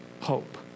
hope